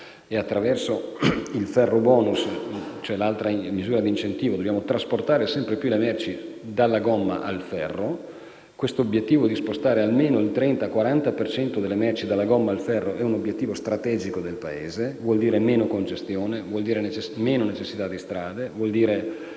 - attraverso il ferro *bonus*, l'altra misura di incentivo, di trasportare sempre più le merci dalla gomma al ferro. Spostare almeno il 30-40 per cento delle merci dalla gomma al ferro è un obiettivo strategico del Paese: vuole dire meno congestione, meno necessità di strade; vuol dire